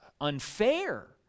unfair